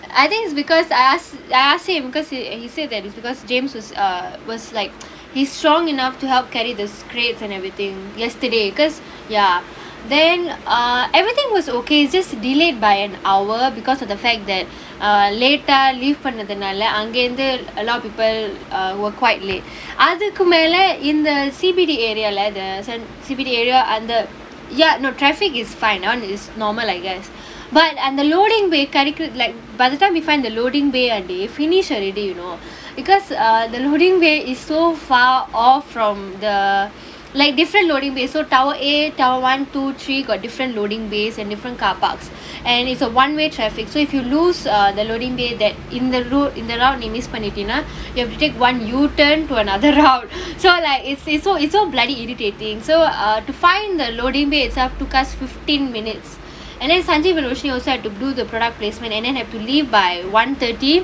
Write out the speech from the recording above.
I think is because I ask I ask him because he say that is because james was err was like he's strong enough to help carry the create and everything yesterday because ya then err everything was okay just delayed by an hour because of the fact that later leave பண்ணதனால அங்கயிருந்து:pannathanaala angayirunthu a lot of people err were quite late அதுக்கு மேல இந்த:athukku mela intha C_B_D area ladders and C_B_D area under yet no traffic is fine on his normal I guess but and the loading where curricular like by the time we find the loading bay or they finish already you know because err the loading bay is so far off from the like different lowly bin so towel a town one to three got different loading bays and different car parks and it's a one way traffic so if you lose the loading bay that in the rule in the round இந்த:intha round நீ:nee miss பண்ணிடியன்னா:pannittiyaanaa you have to take one U turn to another round so like its so bloody irritating to find the loading bay itself took us fifteen minutes and then sundari and roshi have to do the product placement and have to leave by one thirty